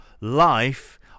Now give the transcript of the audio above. life